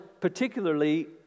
particularly